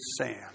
sand